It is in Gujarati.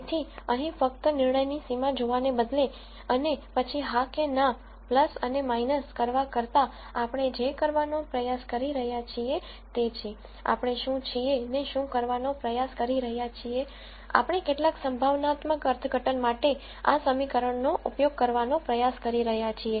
તેથી અહીં ફક્ત નિર્ણયની સીમા જોવાને બદલે અને પછી હા કે ના અને કરવા કરતાં આપણે જે કરવાનો પ્રયાસ કરી રહ્યા છીએ તે છે આપણે શું છીએ ને શું કરવાનો પ્રયાસ કરી રહયા છીએ આપણે કેટલાક સંભાવનાત્મક અર્થઘટન માટે આ સમીકરણનો ઉપયોગ કરવાનો પ્રયાસ કરી રહ્યા છીએ